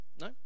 No